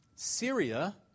Syria